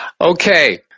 Okay